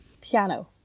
Piano